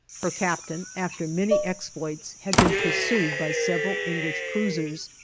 her captain after many exploits had been pursued by several english cruisers,